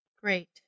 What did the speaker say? Great